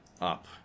up